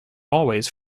always